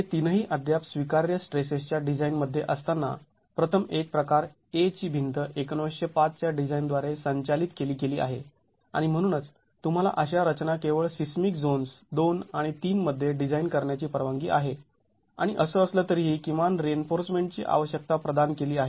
हे तीनही अद्याप स्वीकार्य स्ट्रेसेसच्या डिझाईन मध्ये असताना प्रथम एक प्रकार A ची भिंत १९०५ च्या डिझाईन द्वारे संचालित केली गेली आहे आणि म्हणूनच तुम्हाला अशा रचना केवळ सिस्मिक झोन्स् II आणि III मध्ये डिझाईन करण्याची परवानगी आहे आणि असं असलं तरीही किमान रिइन्फोर्समेंटची आवश्यकता प्रदान केली आहे